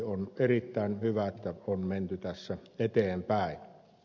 on erittäin hyvä että on menty tässä eteenpäin